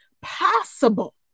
possible